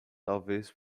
talvez